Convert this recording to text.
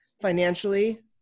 financially